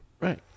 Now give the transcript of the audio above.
Right